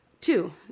Two